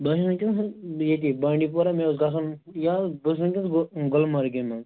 بہٕ حظ چھُس وُنکٮ۪سن ییٚتی بانڈی پورہ مےٚ اوس گژھُن یہِ حظ بہٕ حظ چھُس وُنکٮ۪س گُلمرگہِ منٛز